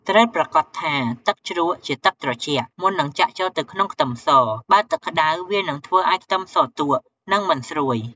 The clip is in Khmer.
ត្រូវប្រាកដថាទឹកជ្រក់ជាទឹកត្រជាក់ មុននឹងចាក់ចូលទៅក្នុងខ្ទឹមស បើទឹកក្តៅ វានឹងធ្វើឱ្យខ្ទឹមសទក់ និងមិនស្រួយ។